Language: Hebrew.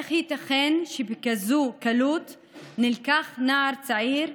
איך ייתכן שבקלות כזאת נלקח נער צעיר?